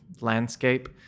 landscape